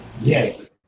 yes